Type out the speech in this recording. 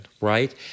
right